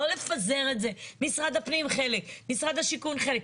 לא לפזר את זה, משרד הפנים חלק, משרד השיכון חלק.